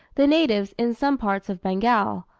the natives in some parts of bengal,